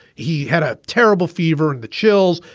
he had a terrible fever and the chills.